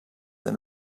and